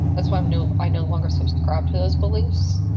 that's why i'm new. i no longer subscribe to those beliefs.